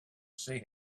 see